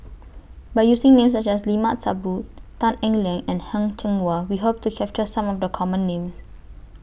By using Names such as Limat Sabtu Tan Eng Liang and Heng Cheng Hwa We Hope to capture Some of The Common Names